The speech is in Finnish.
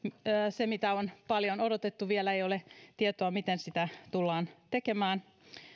se mitä on paljon odotettu vielä ei ole tietoa siitä miten sitä tullaan tekemään